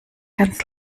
ganz